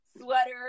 sweater